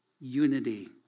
unity